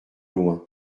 loin